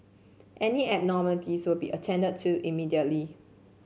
any abnormalities would be attended to immediately